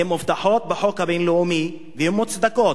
הן מובטחות בחוק הבין-לאומי, והן מוצדקות,